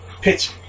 Pitch